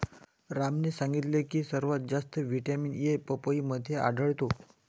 रामने सांगितले की सर्वात जास्त व्हिटॅमिन ए पपईमध्ये आढळतो